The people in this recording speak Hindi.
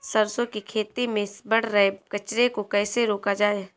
सरसों की खेती में बढ़ रहे कचरे को कैसे रोका जाए?